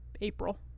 April